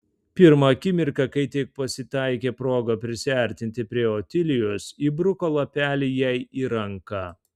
pirmą akimirką kai tik pasitaikė proga prisiartinti prie otilijos įbruko lapelį jai į ranką